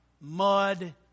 mud